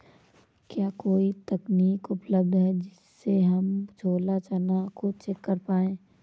क्या कोई तकनीक उपलब्ध है जिससे हम छोला चना को चेक कर पाए?